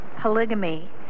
polygamy